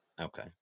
Okay